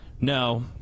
No